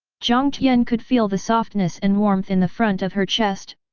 jiang tian could feel the softness and warmth in the front of her chest,